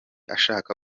ashaka